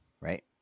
right